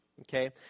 okay